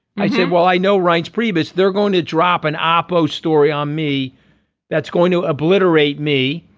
i said well i know reince priebus they're going to drop an ah opposed story on me that's going to obliterate me.